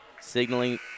signaling